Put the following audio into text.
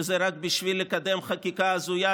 ושזה רק בשביל לקדם חקיקה הזויה,